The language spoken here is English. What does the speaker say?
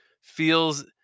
feels